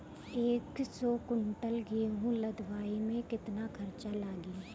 एक सौ कुंटल गेहूं लदवाई में केतना खर्चा लागी?